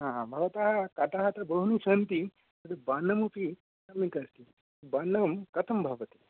भवतः कटः तो बहूनि सन्ति वनमपि सम्यक् अस्ति वनं कथं भवति